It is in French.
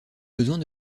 besoin